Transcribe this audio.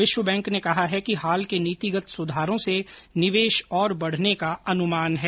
विश्व बैंक ने कहा है कि हाल के नीतिगत सुधारों से निवेश और बढ़ने का अनुमान है